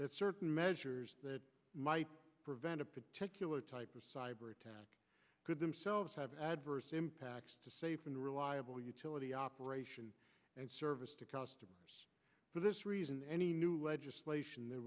that certain measures that might prevent a particular type of cyber attack could themselves have adverse impacts to safe and reliable utility operation and service to customers for this reason any new legislation th